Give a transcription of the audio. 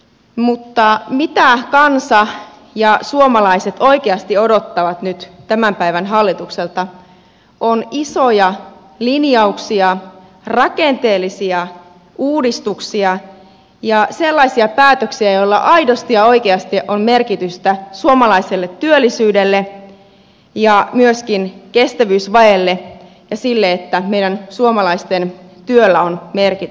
mutta se mitä kansa ja suomalaiset oikeasti odottavat nyt tämän päivän hallitukselta on isoja linjauksia rakenteellisia uudistuksia ja sellaisia päätöksiä joilla aidosti ja oikeasti on merkitystä suomalaiselle työllisyydelle ja myös kestävyysvajeelle ja sille että meidän suomalaisten työllä on merkitystä